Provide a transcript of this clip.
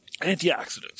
Antioxidants